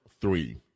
three